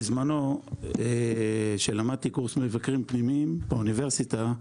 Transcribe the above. בזמנו כשלמדתי קורס מבקרים פנימיים באוניברסיטה,